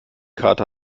kater